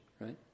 right